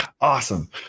awesome